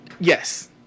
yes